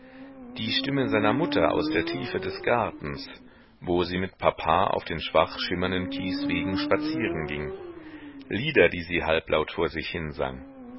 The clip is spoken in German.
die stimme seiner mutter aus der tiefe des gartens wo sie mit papa auf den schwach schimmernden kieswegen spazieren ging lieder die sie halblaut vor sich hinsang